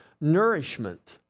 nourishment